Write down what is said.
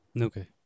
Okay